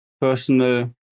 personal